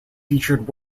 featured